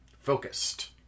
focused